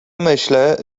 myślę